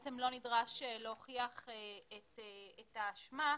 שבעצם לא נדרש להוכיח את האשמה,